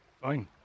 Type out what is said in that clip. Fine